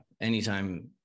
anytime